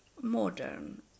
modern